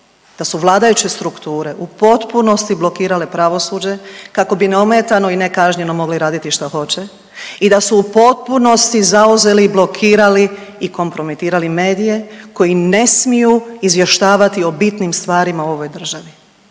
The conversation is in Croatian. da su vladajuće strukture u potpunosti blokirale pravosuđe kako bi neometano i nekažnjeno mogli raditi što hoće i da su u potpunosti zauzeli i blokirali i kompromitirali medije koji ne smiju izvještavati o bitnim stvarima u ovoj državi.